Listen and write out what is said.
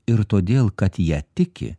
ir todėl kad ja tiki